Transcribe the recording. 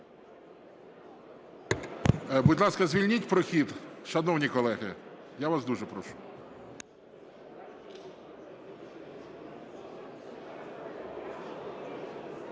Будь ласка, звільніть прохід. Шановні колеги, я вас дуже прошу.